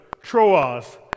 Troas